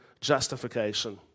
justification